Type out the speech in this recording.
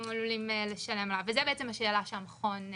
עלולים לשלם עבורו, וזאת בעצם השאלה שהמכון שואל.